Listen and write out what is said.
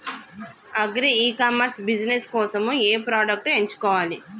Agri e commerce business కోసము ఏ products ఎంచుకోవాలి?